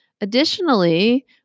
Additionally